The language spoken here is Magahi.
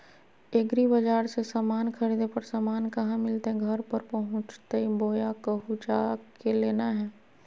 एग्रीबाजार से समान खरीदे पर समान कहा मिलतैय घर पर पहुँचतई बोया कहु जा के लेना है?